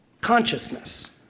consciousness